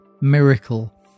miracle